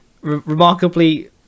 remarkably